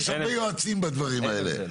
אין הבדל.